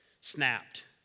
snapped